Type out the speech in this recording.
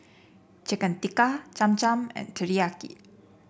Chicken Tikka Cham Cham and Teriyaki